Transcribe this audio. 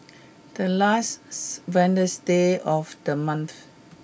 the last Wednesday of the month